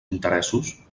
interessos